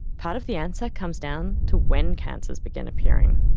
part of the answer comes down to when cancers begin appearing.